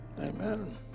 Amen